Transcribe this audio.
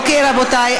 רבותי,